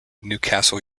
newcastle